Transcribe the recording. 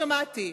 שמעתי.